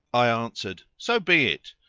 i answered, so be it,